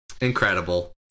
Incredible